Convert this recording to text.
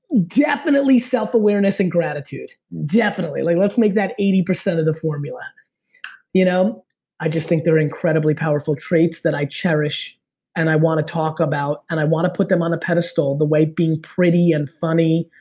definitely self-awareness and gratitude. definitely, lets make that eighty percent of the formula you know i just think they're incredibly powerful traits that, i cherish and i wanna talk about, and i wanna put them on a pedestal the way being pretty, and funny